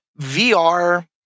VR